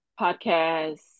podcasts